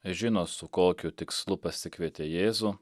žino su kokiu tikslu pasikvietė jėzų